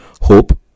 hope